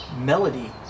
melody